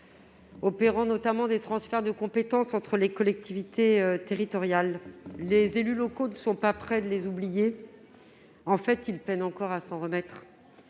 opérant, notamment, des transferts de compétence entre les collectivités territoriales. Les élus locaux ne sont pas près de les oublier : en fait, ils peinent encore à s'en remettre.